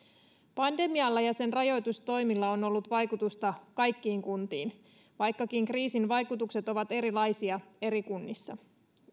pandemialla ja sen rajoitustoimilla on ollut vaikutusta kaikkiin kuntiin vaikkakin kriisin vaikutukset ovat erilaisia eri kunnissa